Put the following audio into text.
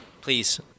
Please